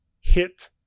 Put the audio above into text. hit